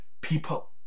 people